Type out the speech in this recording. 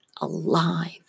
alive